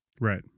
Right